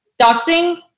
Doxing